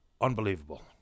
unbelievable